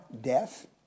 death